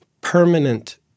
permanent